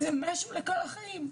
זה משהו לכל החיים.